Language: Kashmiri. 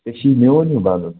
ژٕ چھُوے میون ہیوٚو بَنُن